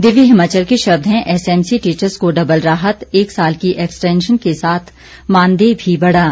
दिव्य हिमाचल के शब्द हैं एसएमसी टीचर्स को डबल राहत एक साल की एक्सटेंशन के साथ मानदेय भी बढ़ा